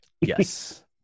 Yes